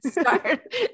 start